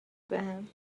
بهم